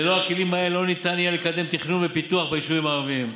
ללא הכלים האלה לא ניתן יהיה לקדם תכנון ופיתוח ביישובים הערביים.